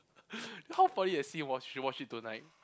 you know how funny that scene was you should watch it tonight